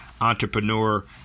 entrepreneur